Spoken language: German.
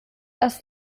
dass